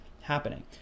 happening